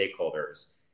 stakeholders